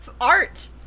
Art